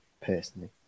personally